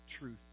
truth